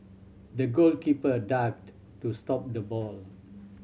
the goalkeeper dived to stop the ball